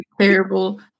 terrible